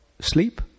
sleep